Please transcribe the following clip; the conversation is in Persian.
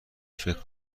فکر